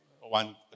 One